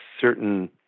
certain